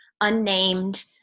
unnamed